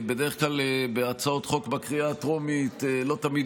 בדרך כלל בהצעות חוק בקריאה הטרומית לא תמיד